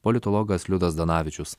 politologas liudas zdanavičius